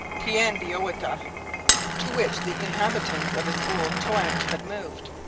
teandeouiata, to which the inhabitants of his old toanche had moved.